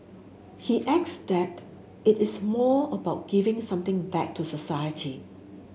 he that it is more about giving something back to society